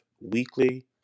weekly